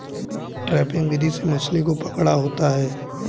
trapping विधि से मछली को पकड़ा होता है